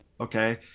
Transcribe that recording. Okay